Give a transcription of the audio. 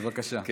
בבקשה.